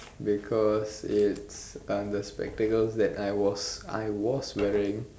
because it's uh the spectacles that I was I was wearing